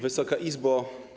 Wysoka Izbo!